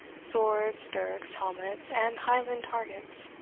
swords, dirks, helmets, and highland targets.